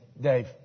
Dave